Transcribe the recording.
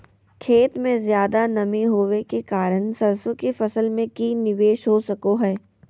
खेत में ज्यादा नमी होबे के कारण सरसों की फसल में की निवेस हो सको हय?